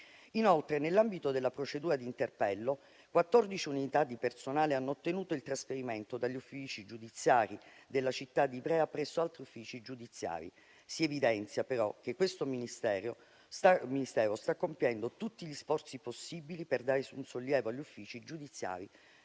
Inoltre, nell'ambito della procedura di interpello, 14 unità di personale hanno ottenuto il trasferimento dagli uffici giudiziari della città di Ivrea presso altri uffici giudiziari. Si evidenzia, però, che questo Ministero sta compiendo tutti gli sforzi possibili per dare un sollievo agli uffici giudiziari